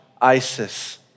ISIS